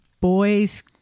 boys